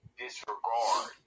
disregard